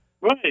Right